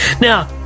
Now